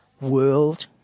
world